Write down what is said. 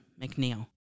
McNeil